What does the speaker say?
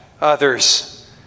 others